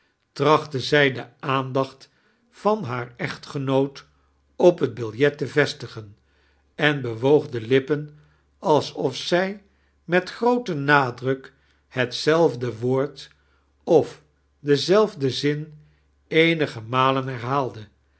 zij de aandacht van haar echtgenoot op het biljet te vestigen en bewoog de lippen alsotf zij met grooten nadruk hetzelfde woord of denzeifctan zin eenige malen